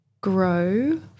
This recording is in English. grow